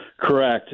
Correct